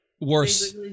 Worse